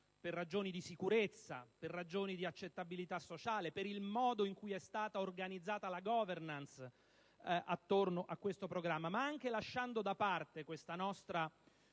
per ragioni di sicurezza; per ragioni di accettabilità sociale; per il modo in cui è stata organizzata la *governance* intorno a questo programma. Però, anche lasciando da parte questa nostra